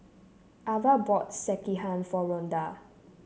Avah bought Sekihan for Ronda